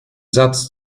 satz